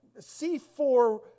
C4